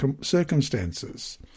circumstances –